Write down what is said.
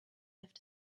left